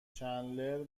چندلر